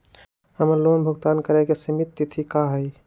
हमर लोन भुगतान करे के सिमित तिथि का हई?